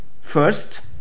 First